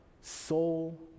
soul